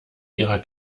ihrer